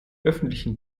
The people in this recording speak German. öffentlichen